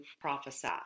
prophesy